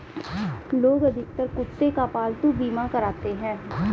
लोग अधिकतर कुत्ते का पालतू बीमा कराते हैं